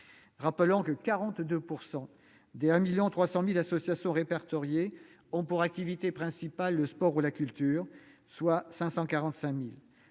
ailleurs, que 42 % des 1,3 million associations répertoriées ont pour activité principale le sport ou la culture, soit 545 000